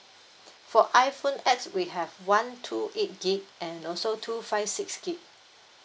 for iphone X we have one two eight gig and also two five six gig